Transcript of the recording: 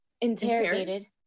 interrogated